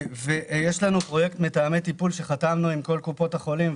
יש לנו גם פרויקט מתאמי טיפול שחתמנו עם כל קופות החולים,